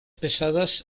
pesadas